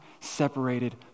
separated